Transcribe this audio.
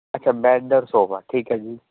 ਅੱਛਾ ਬੈੱਡ ਅਰ ਸੋਫਾ ਠੀਕ ਐ ਜੀ